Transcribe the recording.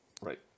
Right